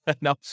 No